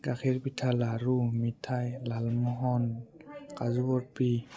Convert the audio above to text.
গাখীৰ পিঠা লাৰু মিঠাই লালমোহন কাজু বৰফি